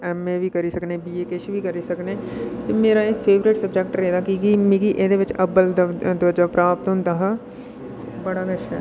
M A बी करी सकने बी ए किश बी करी सकने ते मेरा एह् फेवरट सब्जैक्ट रेह्दा कि की मिगी एह्दे बिच अब्बल दर्जा प्राप्त होंदा हा बड़ा गै शैल